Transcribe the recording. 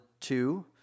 two